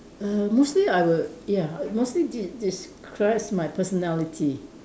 err mostly I would ya mostly de~ describes my personality